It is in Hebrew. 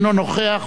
אינו נוכח,